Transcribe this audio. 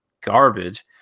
garbage